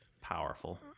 Powerful